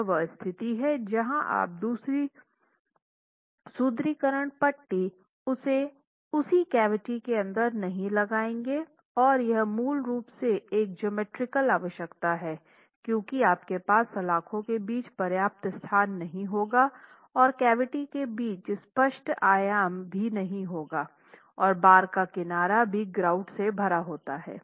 यह वह स्तिथि है जहाँ आप दूसरी सुदृढीकरण पट्टी उसी कैविटी के अंदर नहीं लगाएंगे और यह मूल रूप से एक ज्योमेट्रीकल आवश्यकता है क्योंकि आपके पास सलाख़ों के बीच पर्याप्त स्थान नहीं होगा और कैविटी के बीच स्पष्ट आयाम भी नहीं होगा और बार का किनारा भी ग्राउट से भरा होता है